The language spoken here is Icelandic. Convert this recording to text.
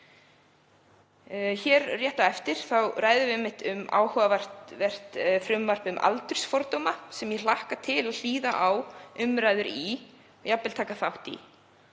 Hér rétt á eftir ræðum við áhugavert frumvarp um aldursfordóma, sem ég hlakka til að hlýða á umræður um og jafnvel taka þátt í.